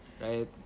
Right